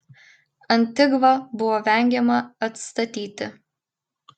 antigvą buvo vengiama atstatyti